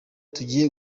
tugiye